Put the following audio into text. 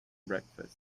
breakfast